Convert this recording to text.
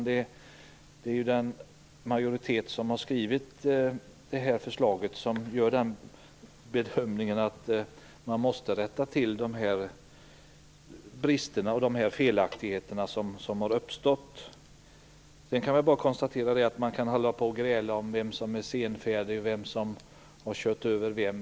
Det är den majoritet som har skrivit förslaget som gör bedömningen att bristerna och felaktigheterna måste rättas till. Erling Bager och andra må gräla om vem som är senfärdig och vem som har kört över vem.